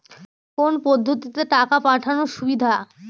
কোন পদ্ধতিতে টাকা পাঠানো সুবিধা?